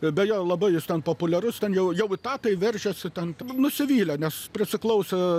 beje labai jis ten populiarus ten jau jau į tą tai veržėsi ten nusivylę nes prisiklausę